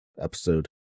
episode